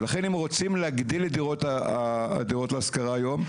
ולכן אם רוצים להגדיל את הדירות להשכרה היום,